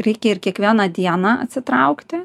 reikia ir kiekvieną dieną atsitraukti